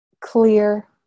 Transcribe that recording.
clear